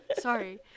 sorry